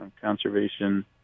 conservation